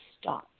stop